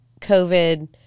covid